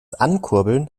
ankurbeln